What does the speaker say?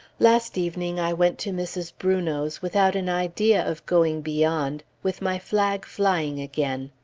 last evening, i went to mrs. brunot's, without an idea of going beyond, with my flag flying again.